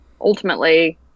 ultimately